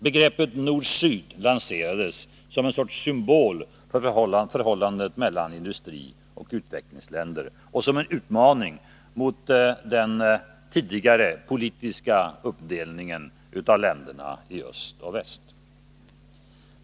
Begreppet nord-syd lanserades som ett slags symbol för förhållandet mellan industrioch utvecklingsländer och som en utmaning mot den politiska uppdelningen av länderna i östoch västländer.